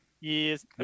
Yes